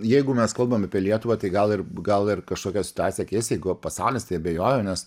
jeigu mes kalbam apie lietuvą tai gal ir gal ir kažkokią situaciją keis jeigu pasaulis tai abejoju nes